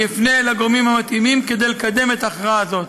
אני אפנה אל הגורמים המתאימים כדי לקדם את ההכרעה הזאת.